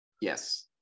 Yes